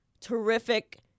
terrific